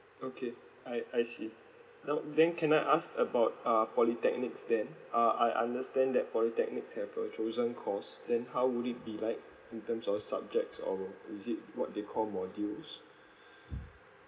okay I I see now then can I ask about uh polytechnics then uh I understand that polytechnics have a chosen course then how would it be like in terms of subjects or is it what they called modules